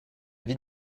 vie